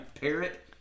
Parrot